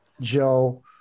Joe